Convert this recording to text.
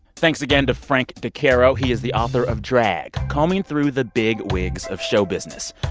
thanks again to frank decaro, he is the author of drag combing through the big wigs of show business.